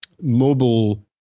mobile